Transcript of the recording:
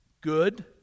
good